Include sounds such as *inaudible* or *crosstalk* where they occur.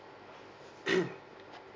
*coughs*